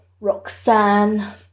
Roxanne